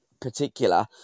particular